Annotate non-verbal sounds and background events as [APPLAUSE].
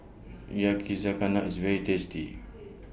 Yakizakana IS very tasty [NOISE]